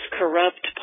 corrupt